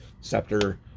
scepter